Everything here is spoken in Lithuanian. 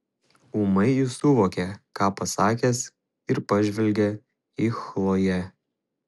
ūmai jis suvokė ką pasakęs ir pažvelgė į chloję